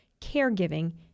caregiving